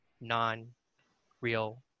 non-real